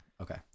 okay